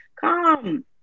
come